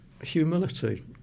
humility